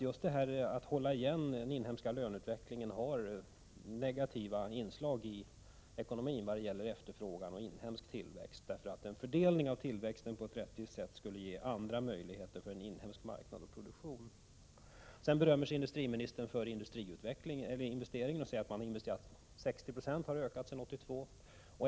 Just detta att hålla igen den inhemska löneutvecklingen har negativa inslag i ekonomin vad gäller efterfrågan och inhemsk tillväxt. En fördelning av tillväxten på ett rättvist sätt skulle ge andra möjligheter för inhemsk marknad och produktion. Industriministern berömmer sig sedan för investeringarna och säger att de har ökat 60 96 från år 1982.